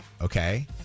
Okay